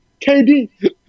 KD